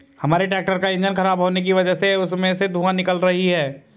हमारे ट्रैक्टर का इंजन खराब होने की वजह से उसमें से धुआँ निकल रही है